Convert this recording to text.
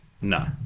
no